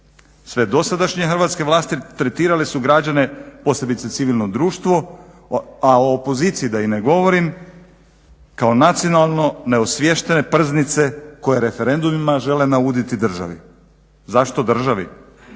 Sve dosadašnje hrvatske vlasti tretirale su građane posebice civilno društvo a o opoziciji da i ne govorim kao nacionalno neosviještene prznice koje referendumima žele nauditi državi. Zašto državi?